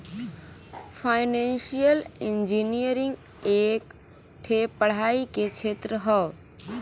financial engineering एक ठे पढ़ाई के क्षेत्र हौ